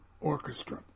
Orchestra